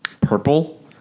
Purple